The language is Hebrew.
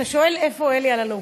אתה שואל איפה אלי אלאלוף,